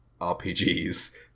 RPGs